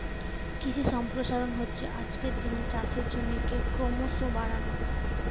কৃষি সম্প্রসারণ হচ্ছে আজকের দিনে চাষের জমিকে ক্রোমোসো বাড়ানো